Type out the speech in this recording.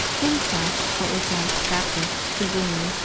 in front, what was once, doubtless, a green,